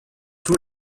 tous